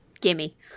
Gimme